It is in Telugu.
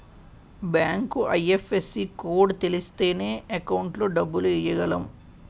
బ్యాంకు ఐ.ఎఫ్.ఎస్.సి కోడ్ తెలిస్తేనే అకౌంట్ లో డబ్బులు ఎయ్యగలం